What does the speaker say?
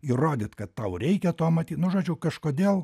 įrodyti kad tau reikia to matyt nu žodžiu kažkodėl